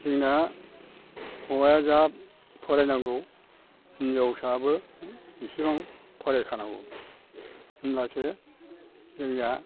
जोंना हौवाया जा फरायनांगौ हिनजावसायाबो बेसेबां फरायखानांगौ होमब्लासो जोंना